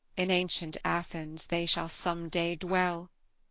in ancient athens they shall some day dwell,